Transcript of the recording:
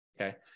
Okay